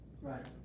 Right